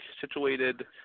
situated